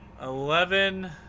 Eleven